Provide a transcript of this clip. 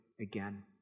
again